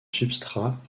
substrat